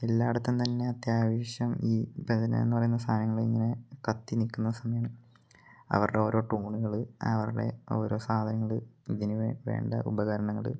എല്ലായിടത്തും തന്നെ അത്യാവശ്യം ഈ ഭജന എന്നു പറയുന്ന സാധനങ്ങൾ ഇങ്ങനെ കത്തി നിൽക്കുന്ന സമയം അവരുടെ ഓരോ ടൂണുകൾ അവരുടെ ഓരോ സാധനങ്ങൾ ഇതിന് വേണ്ട ഉപകരണങ്ങൾ